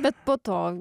bet po to